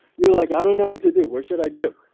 you're like, i don't know what to do. what should i do?